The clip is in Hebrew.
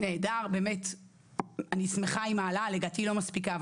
זה נהדר באמת ואני שמחה עם ההעלאה רק שלדעתי היא לא מספיקה,